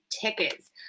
tickets